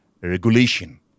regulation